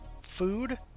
food